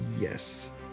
Yes